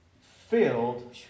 filled